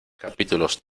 capítulos